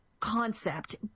Concept